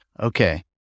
Okay